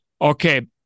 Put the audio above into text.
Okay